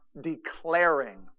declaring